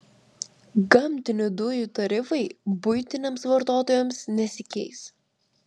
gamtinių dujų tarifai buitiniams vartotojams nesikeis